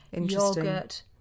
yogurt